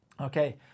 Okay